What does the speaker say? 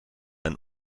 ein